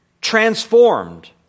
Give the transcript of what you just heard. transformed